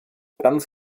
ganz